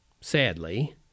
sadly